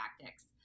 tactics